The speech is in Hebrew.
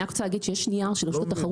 אני רק רוצה להגיד שיש נייר של רשות התחרות,